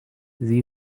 the